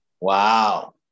Wow